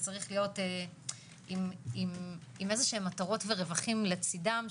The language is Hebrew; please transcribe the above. זה צריך להיות עם מטרות ורווחים לצידם,